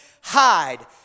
hide